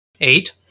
Eight